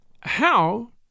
How